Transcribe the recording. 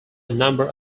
number